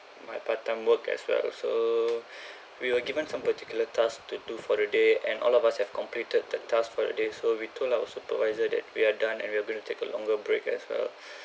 my part-time work as well so we were given some particular task to do for the day and all of us have completed the task for the day so we told our supervisor that we are done and we're going to take a longer break as well